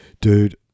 Dude